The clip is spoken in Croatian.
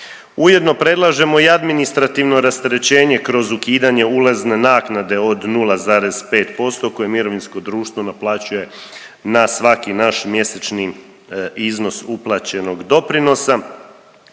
Ujedno predlažemo i administrativno rasterećenje kroz ukidanje ulazne naknade od 0,5% koje mirovinsko društvo naplaćuje na svaki naš mjesečni iznos uplaćenog doprinosa